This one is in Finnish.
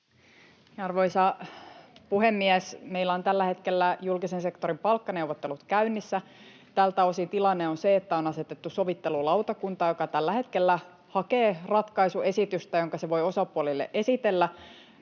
Arvoisa puhemies! Meillä on tällä hetkellä julkisen sektorin palkkaneuvottelut käynnissä. Tältä osin tilanne on se, että on asetettu sovittelulautakunta, joka tällä hetkellä hakee ratkaisuesitystä, jonka se voi osapuolille esitellä.